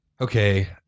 Okay